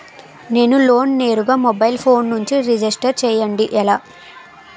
నేను లోన్ నేరుగా mobile phone నుంచి రిజిస్టర్ చేయండి ఎలా?